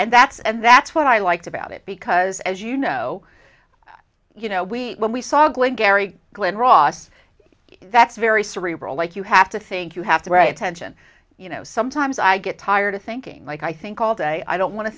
and that's and that's what i liked about it because as you know you know we when we saw glengarry glen ross that's very cerebral like you have to think you have to write tension you know sometimes i get tired of thinking like i think all day i don't wan